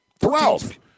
twelve